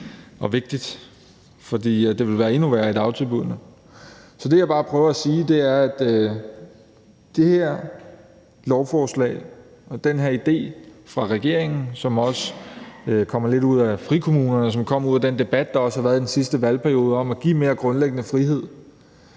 og vigtigt, for det ville være endnu værre i dagtilbuddene. Så det, jeg bare prøver at sige, er, at det her lovforslag og den her idé fra regeringen, som også kommer lidt ud af idéen om frikommunerne, og som kommer ud af den debat, der også har været i den sidste valgperiode, om grundlæggende at